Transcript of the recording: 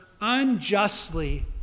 unjustly